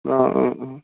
অঁ অঁ অঁ